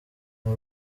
nta